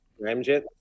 ramjet